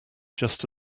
just